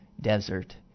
desert